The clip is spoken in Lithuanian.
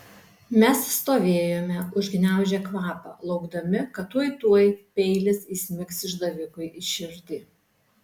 mes stovėjome užgniaužę kvapą laukdami kad tuoj tuoj peilis įsmigs išdavikui į širdį